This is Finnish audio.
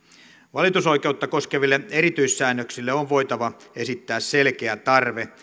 valitusoikeutta koskeville erityissäännöksille on voitava esittää selkeä tarve